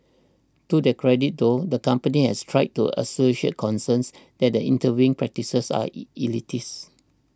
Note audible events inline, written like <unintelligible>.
to their credit though the company has tried to assuage concerns that their interviewing practices are <unintelligible> elitist